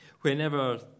whenever